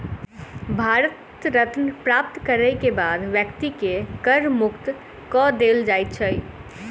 भारत रत्न प्राप्त करय के बाद व्यक्ति के कर मुक्त कय देल जाइ छै